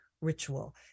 ritual